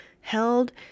held